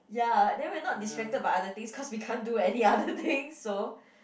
ya then we are not distracted by other things cause we can't do any other things so